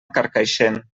carcaixent